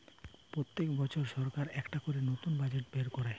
পোত্তেক বছর সরকার একটা করে নতুন বাজেট বের কোরে